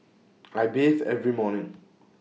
I bathe every morning